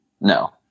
No